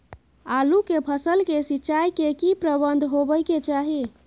आलू के फसल के सिंचाई के की प्रबंध होबय के चाही?